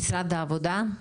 ממשרד העבודה,